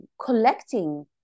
collecting